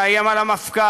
לאיים על המפכ"ל,